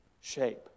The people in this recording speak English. shape